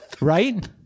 right